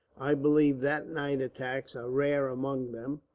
i believe that night attacks are rare among them.